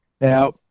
Now